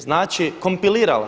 Znači, kompilirala.